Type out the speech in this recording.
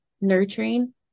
nurturing